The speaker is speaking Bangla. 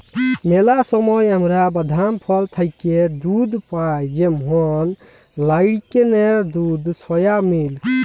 ম্যালা সময় আমরা বাদাম, ফল থ্যাইকে দুহুদ পাই যেমল লাইড়কেলের দুহুদ, সয়া মিল্ক